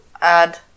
add